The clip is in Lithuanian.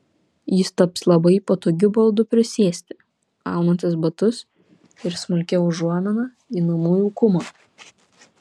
jis taps labai patogiu baldu prisėsti aunantis batus ir smulkia užuomina į namų jaukumą